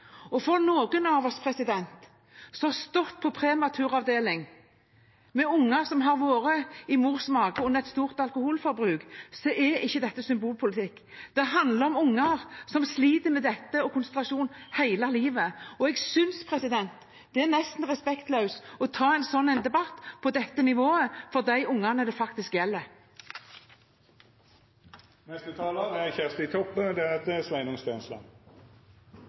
Og for de av oss som har stått på prematuravdelingen med unger som har vært i mors mage under et stort alkoholforbruk, er ikke dette symbolpolitikk. Dette handler om unger som sliter med dette og med konsentrasjonen hele livet. Jeg synes det er nesten respektløst å ha en slik debatt, på dette nivået, overfor de ungene det gjelder.